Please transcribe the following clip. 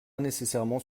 nécessairement